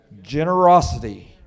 generosity